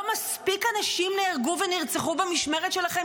לא מספיק אנשים נהרגו ונרצחו במשמרת שלכם